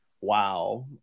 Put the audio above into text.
wow